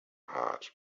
heart